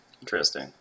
Interesting